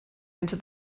into